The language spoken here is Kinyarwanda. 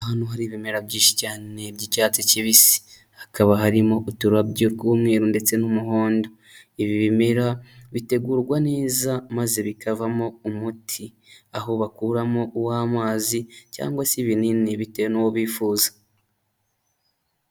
Ahantu hari ibimera byinshi cyane by'icyatsi kibisi, hakaba harimo uturarobyo bw'umweru ndetse n'umuhondo. Ibi bimera bitegurwa neza maze bikavamo umuti aho bakuramo uw'amazi cyangwase ibinini bitewe n'uwo bifuza.